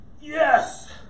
yes